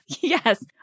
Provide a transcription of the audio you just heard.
Yes